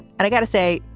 and i got to say,